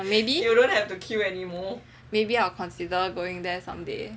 eh maybe maybe I will consider going there someday